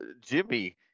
Jimmy